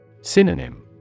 Synonym